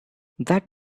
that